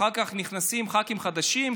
ואחר כך נכנסים ח"כים חדשים,